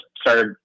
started